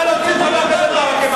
נא להוציא את חבר הכנסת ברכה מהאולם.